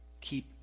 Keep